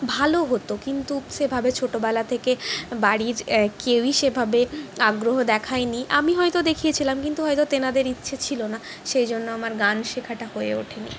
ভালো হতো কিন্তু সেভাবে ছোটবেলা থেকে বাড়ির কেউই সেভাবে আগ্রহ দেখায়নি আমি হয়তো দেখিয়েছিলাম কিন্তু হয়তো তেনাদের ইচ্ছে ছিল না সেইজন্য আমার গান শেখাটা হয়ে ওঠেনি